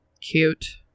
cute